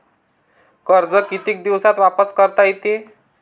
कर्ज कितीक दिवसात वापस करता येते?